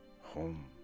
home